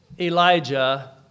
Elijah